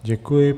Děkuji.